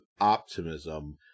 optimism